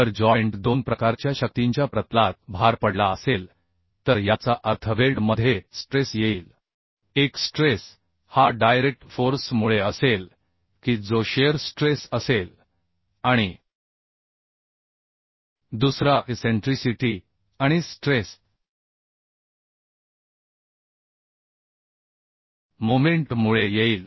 जर जॉइंट दोन प्रकारच्या शक्तींच्या प्रतलात भार पडला असेल तर याचा अर्थ वेल्ड मधे स्ट्रेस येईल एक स्ट्रेस हा डायरेक्ट फोर्स मुळे असेल की जो शिअर स्ट्रेस असेल आणि दुसरा इसेंट्रीसीटी आणि स्ट्रेस मोमेंट मुळे येईल